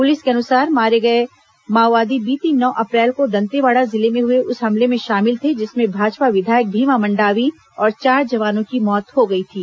police के अनुसार मारे गए माओवादी बीती नौ अप्रैल को दंतेवाड़ा जिले में हुए उस हमले में शामिल थे जिसमें भाजपा विधायक भीमा मंडावी और चार जवानों की मौत हो गई थी